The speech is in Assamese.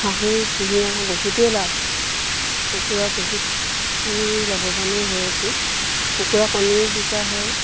হাঁহ পুহি আমাৰ বহুতেই লাভ কুকুৰা বহুতখিনি লাভৱানেই হৈ আছো কুকুৰা কণীও বিকা হয়